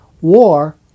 war